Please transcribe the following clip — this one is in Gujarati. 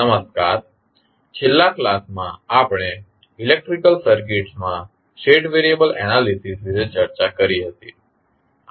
નમસ્કાર છેલ્લા ક્લાસમાં આપણે ઇલેક્ટ્રિકલ સર્કિટસ માં સ્ટેટ વેરિએબલ એનાલીસીસ વિશે ચર્ચા કરી હતી